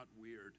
weird